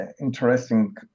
interesting